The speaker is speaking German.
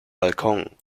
balkon